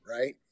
right